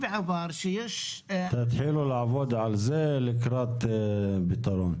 תתחילו לעבוד על זה לקראת פתרון.